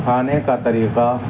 کھانے کا طریقہ